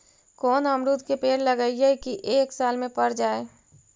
कोन अमरुद के पेड़ लगइयै कि एक साल में पर जाएं?